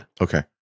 okay